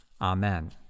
Amen